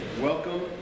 Welcome